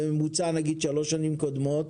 בממוצע של 3 השנים הקודמות,